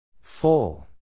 Full